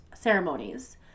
ceremonies